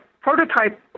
prototype